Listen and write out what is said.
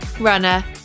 runner